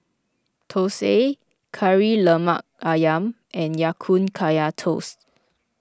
Thosai Kari Lemak Ayam and Ya Kun Kaya Toast